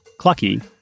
Clucky